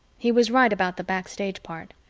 he was right about the backstage part.